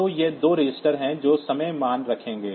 तो ये दो रजिस्टर हैं जो समय मान रखेंगे